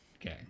Okay